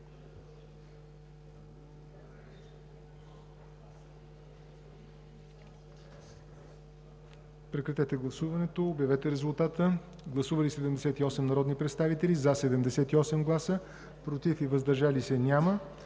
Прекратете гласуването и обявете резултата. Гласували 70 народни представители: за 70, против и въздържали се няма.